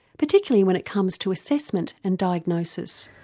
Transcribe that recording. particularly when it comes to assessment and diagnosis.